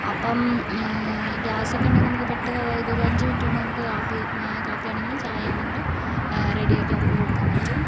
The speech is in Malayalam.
അപ്പം ഗ്യാസ് ഒക്കെ ഇണ്ടേൽ നമുക്ക് പെട്ടെന്ന് അതായത് ഒര് അഞ്ച് മിനിറ്റ് കൊണ്ട് നമുക്ക് കാപ്പി കാപ്പി ആണെങ്കിലും ചായ ആണെങ്കിലും റെഡിയാക്കി അവർക്ക് കൊടുക്കാൻ പറ്റും